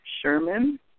Sherman